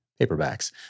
paperbacks